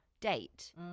date